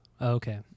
Okay